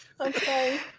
Okay